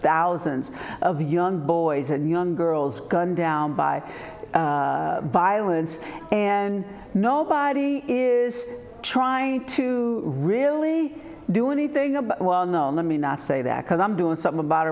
thousands of young boys and young girls gunned down by violence and nobody is trying to really do anything about me not say that because i'm doing something about